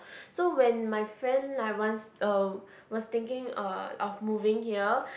so when my friend like wants um was thinking uh of moving here